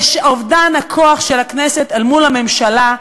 זה אובדן הכוח של הכנסת אל מול הממשלה.